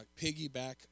piggyback